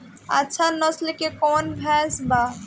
अच्छा नस्ल के कौन भैंस बा?